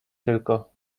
tylko